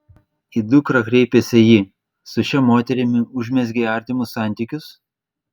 į dukrą kreipėsi ji su šia moterimi užmezgei artimus santykius